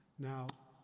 now,